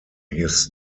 his